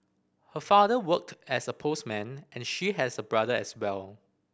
her father worked as a postman and she has a brother as well